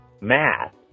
Math